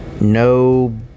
no